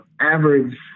average